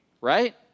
right